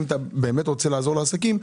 אם אתה באמת רוצה לעזור לעסקים,